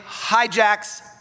hijacks